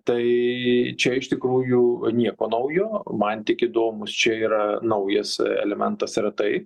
tai čia iš tikrųjų nieko naujo man tik įdomus čia yra naujas elementas yra tai